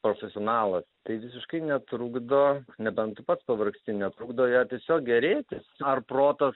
profesionalas tai visiškai netrukdo nebent tu pats pavargsti netrukdo ja tiesiog gėrėtis ar protas